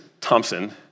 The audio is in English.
Thompson